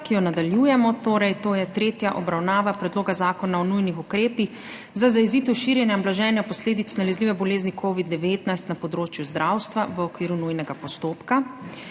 ki jo nadaljujemo. Torej, to je tretja obravnava Predloga zakona o nujnih ukrepih za zajezitev širjenja blaženja posledic nalezljive bolezni Covid-19 na področju zdravstva, v okviru nujnega postopka.